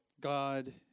God